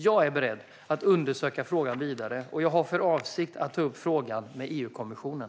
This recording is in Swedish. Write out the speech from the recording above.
Jag är beredd att undersöka frågan vidare och har för avsikt att ta upp frågan med EU-kommissionen.